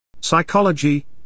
psychology